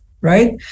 right